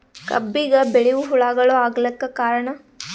ಕಬ್ಬಿಗ ಬಿಳಿವು ಹುಳಾಗಳು ಆಗಲಕ್ಕ ಕಾರಣ?